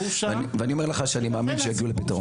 על זה ואני אומר לך שאני מאמין שהם יגיעו לפתרון.